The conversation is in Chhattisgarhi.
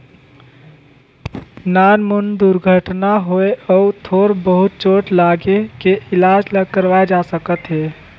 नानमुन दुरघटना होए अउ थोर बहुत चोट लागे के इलाज ल करवाए जा सकत हे